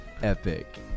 Epic